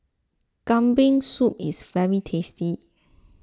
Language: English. Kambing Soup is very tasty